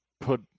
put